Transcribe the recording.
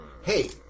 Hey